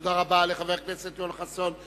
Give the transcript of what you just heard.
תודה רבה לחבר הכנסת יואל חסון.